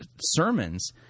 sermons